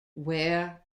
wear